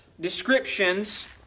descriptions